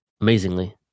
Amazingly